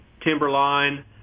Timberline